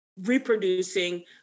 reproducing